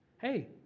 Hey